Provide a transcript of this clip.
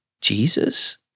Jesus